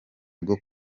bwo